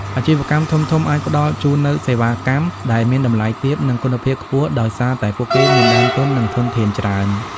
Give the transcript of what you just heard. អាជីវកម្មធំៗអាចផ្តល់ជូននូវសេវាកម្មដែលមានតម្លៃទាប និងគុណភាពខ្ពស់ដោយសារតែពួកគេមានដើមទុន និងធនធានច្រើន។